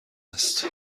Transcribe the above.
است